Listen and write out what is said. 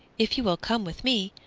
if you will come with me,